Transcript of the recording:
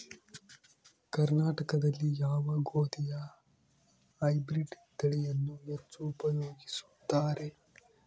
ಕರ್ನಾಟಕದಲ್ಲಿ ಯಾವ ಗೋಧಿಯ ಹೈಬ್ರಿಡ್ ತಳಿಯನ್ನು ಹೆಚ್ಚು ಉಪಯೋಗಿಸುತ್ತಾರೆ?